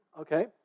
okay